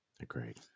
Agreed